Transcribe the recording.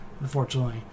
unfortunately